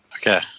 Okay